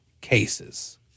cases